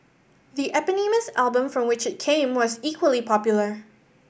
the eponymous album from which it came was equally popular